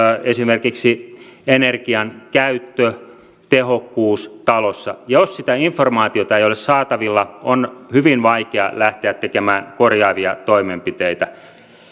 esimerkiksi energiankäyttötehokkuus talossa jos sitä informaatiota ei ole saatavilla on hyvin vaikea lähteä tekemään korjaavia toimenpiteitä